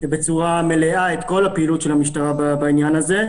בצורה מלאה את כל הפעילות של המשטרה בעניין הזה.